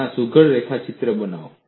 આના સુઘડ રેખાચિત્ર બનાવો